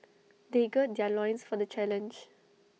they gird their loins for the challenge